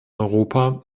europa